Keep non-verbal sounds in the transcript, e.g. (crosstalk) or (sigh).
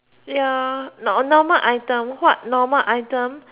ya (noise) normal item what normal item